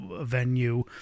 venue